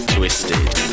Twisted